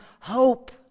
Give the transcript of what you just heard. hope